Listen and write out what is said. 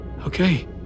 Okay